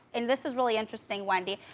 and this is really interesting, wendy.